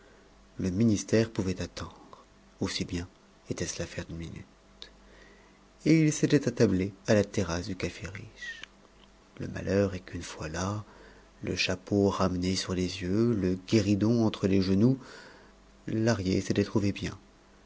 le ministère pouvait attendre aussi bien était-ce l'affaire d'une minute et il s'était attablé à la terrasse du café riche le malheur est qu'une fois là le chapeau ramené sur les yeux le guéridon entre les genoux lahrier s'était trouvé bien